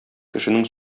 кешенең